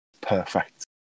Perfect